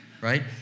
right